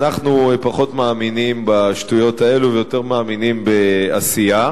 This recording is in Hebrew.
אנחנו פחות מאמינים בשטויות האלה ויותר מאמינים בעשייה.